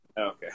Okay